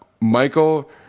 Michael